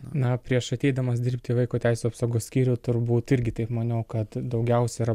na prieš ateidamas dirbti į vaiko teisių apsaugos skyrių turbūt irgi taip maniau kad daugiausiai yra